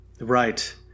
Right